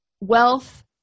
wealth